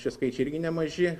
šie skaičiai irgi nemaži